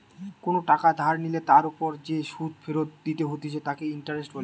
কোনো টাকা ধার নিলে তার ওপর যে সুধ ফেরত দিতে হতিছে তাকে ইন্টারেস্ট বলে